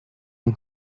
این